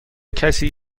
کسی